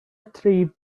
tree